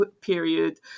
period